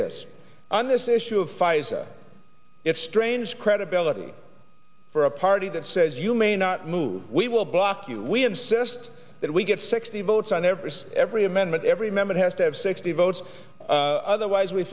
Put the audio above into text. this on this issue of pfizer it's strange credibility for a party that says you may not move we will block you we insist that we get sixty votes on everest every amendment every member has to have sixty votes otherwise we